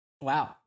Wow